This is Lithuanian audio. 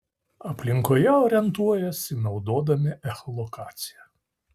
aplinkoje orientuojasi naudodami echolokaciją